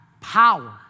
power